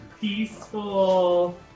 Peaceful